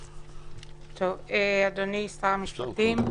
אדוני שר המשפטים,